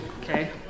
Okay